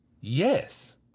Yes